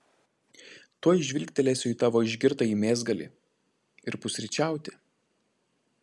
tuoj žvilgtelėsiu į tavo išgirtąjį mėsgalį ir pusryčiauti